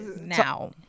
Now